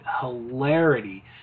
hilarity